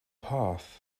path